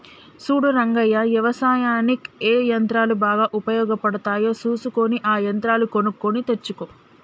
సూడు రంగయ్య యవసాయనిక్ ఏ యంత్రాలు బాగా ఉపయోగపడుతాయో సూసుకొని ఆ యంత్రాలు కొనుక్కొని తెచ్చుకో